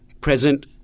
present